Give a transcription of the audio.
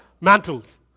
mantles